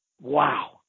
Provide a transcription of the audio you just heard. Wow